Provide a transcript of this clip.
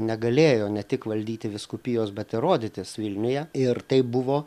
negalėjo ne tik valdyti vyskupijos bet ir rodytis vilniuje ir taip buvo